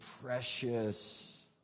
precious